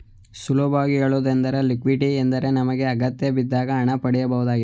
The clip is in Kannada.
ಸುಲಭವಾಗಿ ಹೇಳುವುದೆಂದರೆ ಲಿಕ್ವಿಡಿಟಿ ಎಂದರೆ ನಮಗೆ ಅಗತ್ಯಬಿದ್ದಾಗ ಹಣ ಪಡೆಯುವುದಾಗಿದೆ